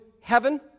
heaven